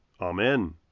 Amen